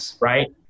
right